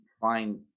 find